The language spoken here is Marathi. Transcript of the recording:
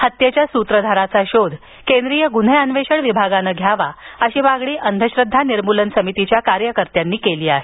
हत्येच्या सूत्रधाराचा शोध केंद्रीय गुन्हे अन्वेषण विभागाने घ्यावा अशी मागणी अंधश्रद्धा निर्मूलन समितीच्या कार्यकर्त्यांनी केली आहे